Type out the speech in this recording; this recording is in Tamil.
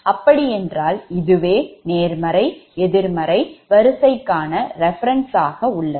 அப்படி என்றால் இதுவே நேர்மறை எதிர்மறை வரிசைக்கான reference ஆக உள்ளது